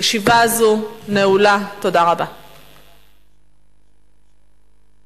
הישיבה הבאה תתקיים ביום שני,